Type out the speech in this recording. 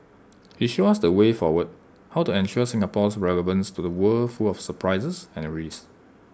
he showed us the way forward how to ensure Singapore's relevance to the world full of surprises and risks